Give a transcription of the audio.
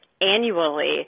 annually